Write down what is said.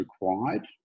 required